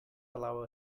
allow